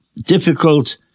difficult